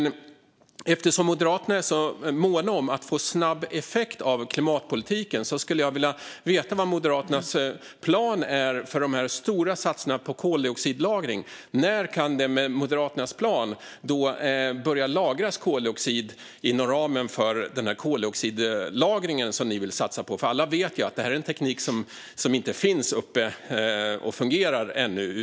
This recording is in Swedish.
Eftersom Moderaterna är måna om att få snabb effekt av klimatpolitiken skulle jag vilja veta vad Moderaternas plan är för de stora satsningarna på koldioxidlagring. När kan det med Moderaternas plan börja lagras koldioxid inom ramen för den koldioxidlagring som de vill satsa på? Alla vet ju att det är en teknik som inte finns eller fungerar ännu.